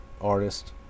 artist